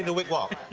and wick wock?